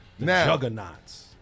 juggernauts